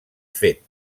fet